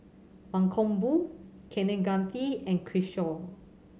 Mankombu Kaneganti and Kishore